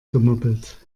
gemoppelt